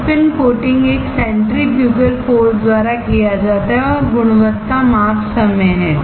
spin coating एक centrifugal force द्वारा किया जाता है और गुणवत्ता माप समय है